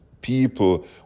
people